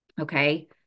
okay